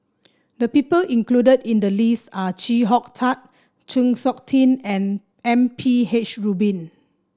the people included in the list are Chee Hong Tat Chng Seok Tin and M P H Rubin